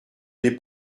n’est